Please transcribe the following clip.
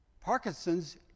Parkinson's